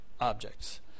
objects